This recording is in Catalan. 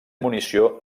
munió